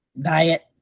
Diet